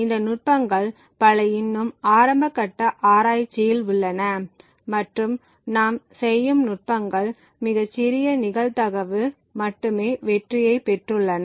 இந்த நுட்பங்கள் பல இன்னும் ஆரம்ப கட்ட ஆராய்ச்சியில் உள்ளன மற்றும் நாம் செய்யும் நுட்பங்கள் மிகச் சிறிய நிகழ்தகவு மட்டுமே வெற்றியை பெற்றுள்ளன